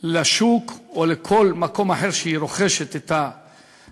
לשוק או לכל מקום אחר שהיא רוכשת בו את